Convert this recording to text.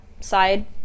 side